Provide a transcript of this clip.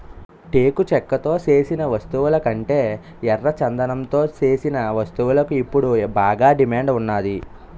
టేకు చెక్కతో సేసిన వస్తువులకంటే ఎర్రచందనంతో సేసిన వస్తువులకు ఇప్పుడు బాగా డిమాండ్ ఉన్నాది